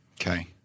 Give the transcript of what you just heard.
Okay